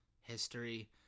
history